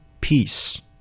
Peace